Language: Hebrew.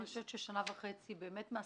אני חושבת ששנה וחצי זה באמת לא מספיק זמן,